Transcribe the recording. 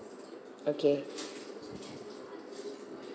okay